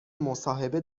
مصاحبه